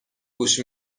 گوش